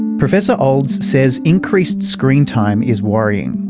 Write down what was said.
professor olds says increased screen time is worrying,